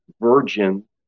virgin